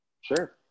Sure